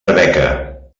arbeca